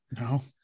No